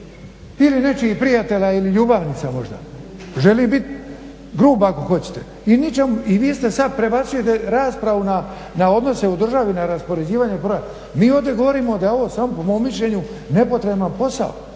Ili nečijih prijatelja ili ljubavnica možda. Želim biti grub ako hoćete. I vi sad prebacujete raspravu na odnose u državi, na raspoređivanje proračuna. Mi ovdje govorimo da je ovo samo, po mom mišljenju, nepotreban posao.